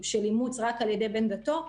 של אימוץ רק על-ידי בן דתו,